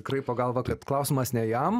kraipo galvą kad klausimas ne jam